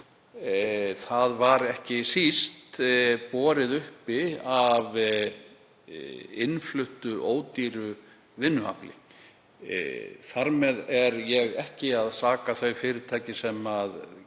var ekki síst borið uppi af innfluttu, ódýru vinnuafli. Þar með er ég ekki að saka þau fyrirtæki sem gerðu